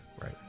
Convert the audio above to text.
Right